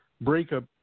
breakup